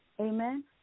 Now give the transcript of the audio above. Amen